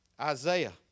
Isaiah